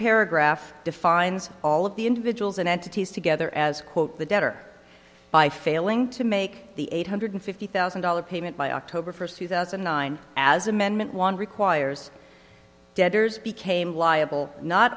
paragraph defines all of the individuals and entities together as quote the debtor by failing to make the eight hundred fifty thousand dollars payment by october first two thousand and nine as amendment one requires deaders became liable not